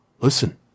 Listen